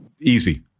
Easy